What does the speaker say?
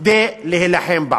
כדי להילחם בעוני.